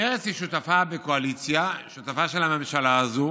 מרצ היא שותפה בקואליציה, שותפה בממשלה הזו.